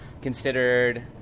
considered